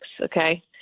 okay